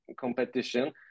competition